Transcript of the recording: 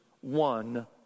one